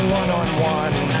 one-on-one